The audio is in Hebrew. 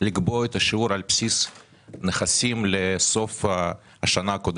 לגבות שיעור על בסיס נכסים לסוף השנה הקודמת.